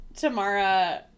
Tamara